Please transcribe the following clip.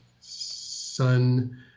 son